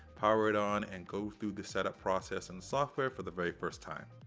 power it on, and go through the setup process and software for the very first time.